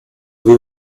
vous